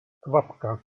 kvapka